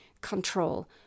control